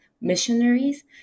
missionaries